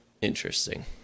Interesting